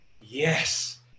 Yes